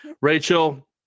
Rachel